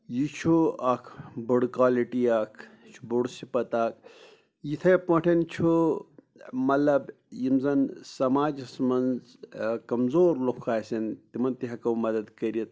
یہِ چھُ اَکھ بٔڈۍ کالِٹی اَکھ یہِ چھُ اَکھ بوٚڈ صِفت اَکھ یِتھَے پٲٹھۍ چھُ مطلب یِم زَن سماجَس منٛز کمزور لُکھ آسن تِمَن تہِ ہٮ۪کو مَدد کٔرِتھ